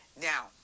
Now